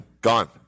gone